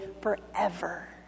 forever